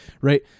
right